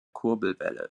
kurbelwelle